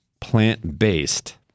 plant-based